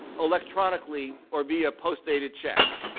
electronically or via post-dated check.